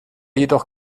jedoch